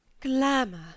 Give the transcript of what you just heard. Glamour